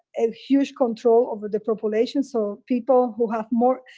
a huge control over the population so people who have more,